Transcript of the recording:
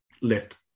left